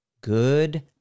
Good